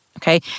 Okay